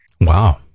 wow